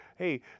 Hey